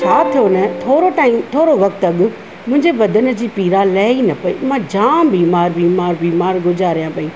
छा थियो न थोरे टाइम थोरो वक़्तु अॻु मुंहिंजे बदनि जी पीड़ा लहे ई न पई मां जाम बीमार बीमार बीमार गुज़ारिया पई